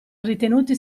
ritenuti